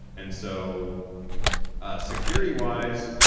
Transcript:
and so ah security-wise,